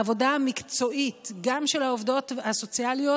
העבודה המקצועית גם של העובדות הסוציאליות